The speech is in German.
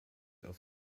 auf